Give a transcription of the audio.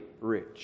rich